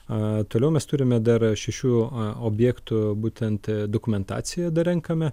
toliau mes turime dar šešių objektų būtent dokumentaciją dar renkame